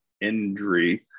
injury